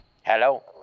Hello